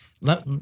Let